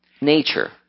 nature